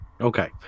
Okay